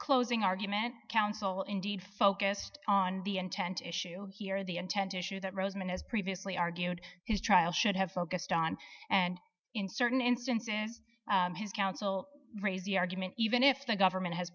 closing argument counsel indeed focused on the intent issue here the intent issue that rosen has previously argued his trial should have focused on and in certain instances his counsel raise the argument even if the government has